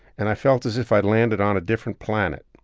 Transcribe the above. and i felt as if i landed on a different planet.